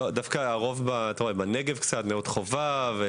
לא, הרוב דווקא נמצאים בנגב או בנאות חובב.